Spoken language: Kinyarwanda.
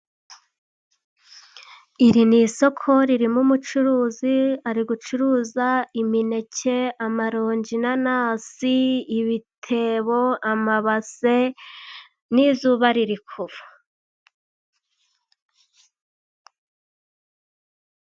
Iri ni isoko ririmo umucuruzi, ari gucuruza imineke, amaronji, inanasi ibitebo, amabase. N'izuba riri kuva.